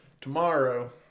Tomorrow